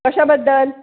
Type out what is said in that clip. कशाबद्दल